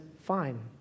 fine